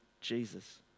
Jesus